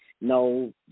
No